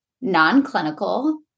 non-clinical